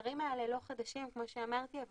הדברים האלה לא חדשים כמו שאמרתי אבל